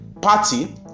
party